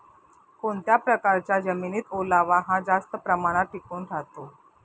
कोणत्या प्रकारच्या जमिनीत ओलावा हा जास्त प्रमाणात टिकून राहतो?